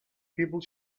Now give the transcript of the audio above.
people